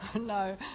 No